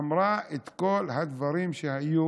אמרה את כל הדברים שהיו